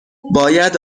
باید